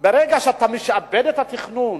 ברגע שאתה משעבד את התכנון